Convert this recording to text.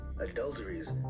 adulteries